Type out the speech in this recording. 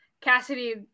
Cassidy